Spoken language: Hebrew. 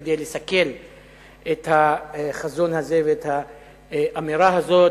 כדי לסכל את החזון הזה ואת האמירה הזאת.